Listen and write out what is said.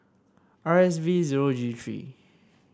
R S V zero G three